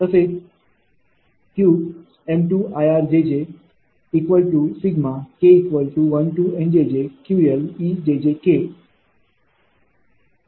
तसेच Qm2 IR ∑Nk1 QL𝑒jjk